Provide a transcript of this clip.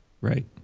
right